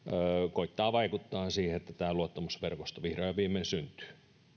koettaa vaikuttaa siihen että tämä luottamusverkosto vihdoin ja viimein syntyy